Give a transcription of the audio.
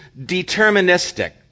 deterministic